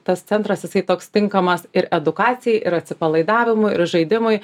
tas centras jisai toks tinkamas ir edukacijai ir atsipalaidavimui ir žaidimui